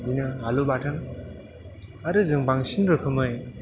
बिदिनो आलु बाथोन आरो जों बांसिन रोखोमै